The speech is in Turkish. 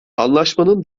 anlaşmanın